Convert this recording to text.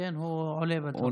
כן, הוא עולה לדוכן.